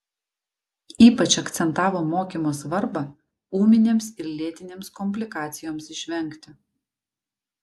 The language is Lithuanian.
ypač akcentavo mokymo svarbą ūminėms ir lėtinėms komplikacijoms išvengti